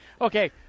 Okay